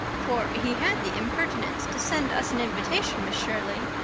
for he had the impertinence to send us an invitation, miss shirley.